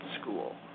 school